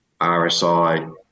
RSI